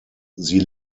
sie